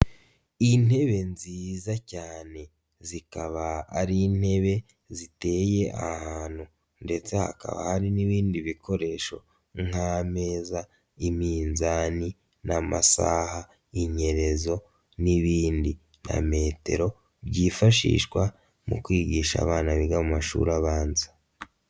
Intebe nziza cyane zikaba ari intebe ziteye ahantu ndetse hakaba hari n'ibindi bikoresho nk'ameza, iminzani n'amasaha inyerezo n'ibindi nka metero byifashishwa mu kwigisha abana biga mu mashuri abanza.